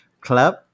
club